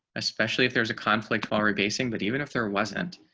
especially if there's a conflict, while rebasing but even if there wasn't.